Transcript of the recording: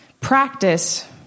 practice